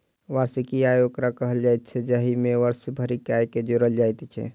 वार्षिक आय ओकरा कहल जाइत छै, जाहि मे वर्ष भरिक आयके जोड़ल जाइत छै